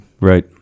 Right